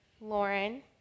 Lauren